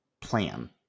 plan